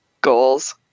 Goals